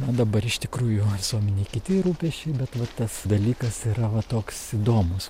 na dabar iš tikrųjų visuomenėj kiti rūpesčiai bet vat tas dalykas yra va toks įdomus